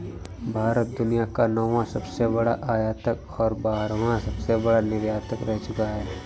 भारत दुनिया का नौवां सबसे बड़ा आयातक और बारहवां सबसे बड़ा निर्यातक रह चूका है